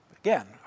again